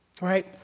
right